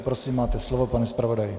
Prosím, máte slovo, pane zpravodaji.